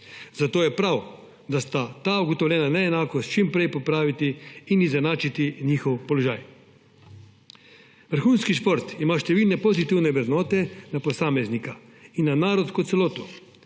bilo prav, da se ta ugotovljena neenakost čim prej popravi in izenači njihov položaj. Vrhunski šport ima številne pozitivne vrednote do posameznika in na narod kot celoto,